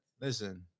Listen